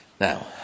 Now